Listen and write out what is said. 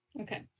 Okay